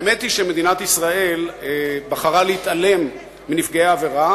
האמת היא שמדינת ישראל בחרה להתעלם מנפגעי העבירה,